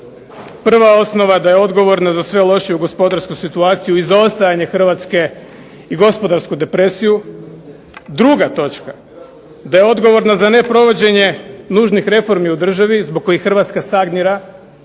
Prva osnova je da je odgovorna za sve lošiju gospodarsku situaciju i zaostajanje Hrvatske i gospodarsku depresiju. Druga točka je da je odgovorna za neprovođenje nužnih reformi u državi zbog kojih Hrvatska stagnira